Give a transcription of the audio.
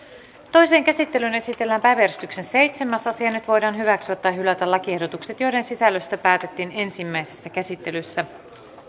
toiseen käsittelyyn esitellään päiväjärjestyksen seitsemäs asia nyt voidaan hyväksyä tai hylätä lakiehdotukset joiden sisällöstä päätettiin ensimmäisessä käsittelyssä